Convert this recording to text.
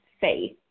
faith